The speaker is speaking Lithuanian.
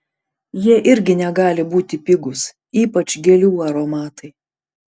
jie irgi negali būti pigūs ypač gėlių aromatai